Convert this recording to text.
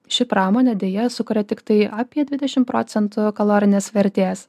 ši pramonė deja sukuria tiktai apie dvidešimt procentų kalorinės vertės